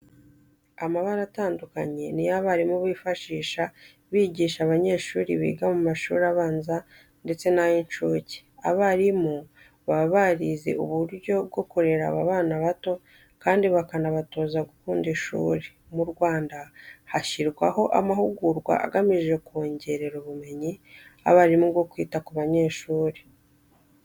Amabara atandukanye niyo abarimu bifashisha bigisha abanyeshuri biga mu mashuri abanza ndetse n'ay'incuke. Abarimu baba barize uburyo bwo kurera aba bana bato kandi bakanabatoza gukunda ishuri. Mu Rwanda hashyirwaho amahugurwa agamije kongerera ubumenyi abarimu bwo kwita ku banyeshuri.